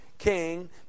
king